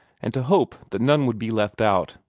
and to hope that none would be left out.